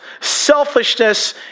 Selfishness